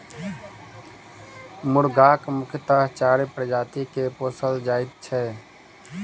मुर्गाक मुख्यतः चारि प्रजाति के पोसल जाइत छै